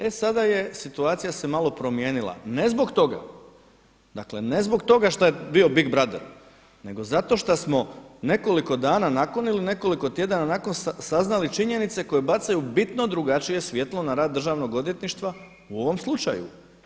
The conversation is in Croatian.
E sada se situacija malo promijenila, ne zbog toga, dakle ne zbog toga šta je bio Big Brother nego zato šta smo nekoliko dana nakon ili nekoliko tjedana nakon saznali činjenice koje bacaju bitno drugačije svjetlo na rad državnog odvjetništva u ovom slučaju.